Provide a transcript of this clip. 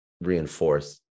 reinforce